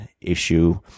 issue